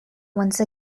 once